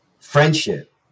friendship